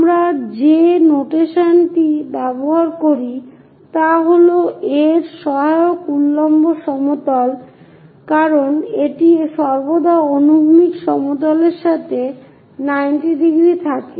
আমরা যে নোটেশনটি ব্যবহার করি তা হল এর সহায়ক উল্লম্ব সমতল কারণ এটি সর্বদা অনুভূমিক সমতলের সাথে 90 ডিগ্রী থাকে